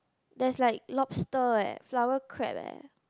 there's like lobster eh flower crab eh